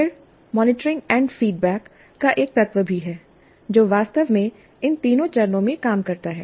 फिर मॉनिटरिंग और फीडबैक का एक तत्व भी है जो वास्तव में इन तीनों चरणों में काम करता है